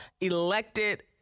elected